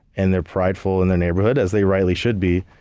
and they're prideful and the neighborhood as they rightly should be.